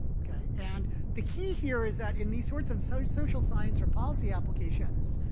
and the key here is that, in these sorts of so social science or policy applications,